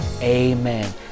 Amen